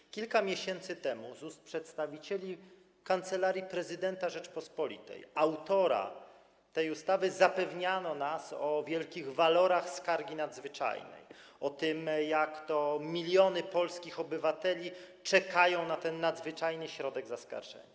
Otóż kilka miesięcy temu ustami przedstawicieli Kancelarii Prezydenta Rzeczypospolitej, autora tej ustawy, zapewniano nas o wielkich walorach skargi nadzwyczajnej i o tym, jak to miliony polskich obywateli czekają na ten nadzwyczajny środek zaskarżenia.